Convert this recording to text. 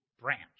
branch